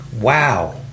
Wow